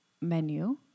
menu